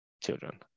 children